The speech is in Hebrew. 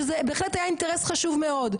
שזה בהחלט היה אינטרס חשוב מאוד,